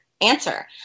answer